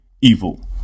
evil